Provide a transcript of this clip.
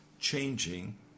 changing